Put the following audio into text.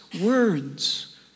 words